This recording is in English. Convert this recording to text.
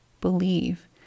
Believe